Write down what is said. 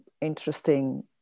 interesting